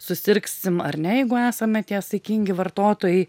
susirgsim ar ne jeigu esame tie saikingi vartotojai